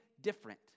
different